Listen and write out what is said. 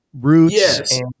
roots